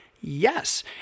Yes